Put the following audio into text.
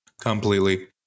Completely